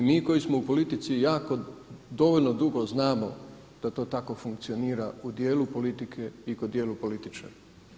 I mi koji smo u politici jako dovoljno dugo znamo da to tako funkcionira u dijelu politike i kod dijelu političara.